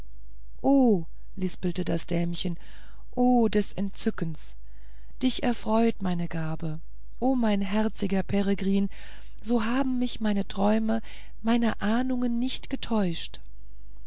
o lispelte das dämchen o des entzückens dich erfreut meine gabe o mein herziger peregrin so haben mich meine träume meine ahnungen nicht getäuscht